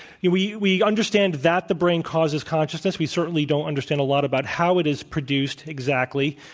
you we we understand that the brain causes consciousness. we certainly don't understand a lot about how it is produced exactly.